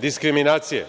diskriminacije,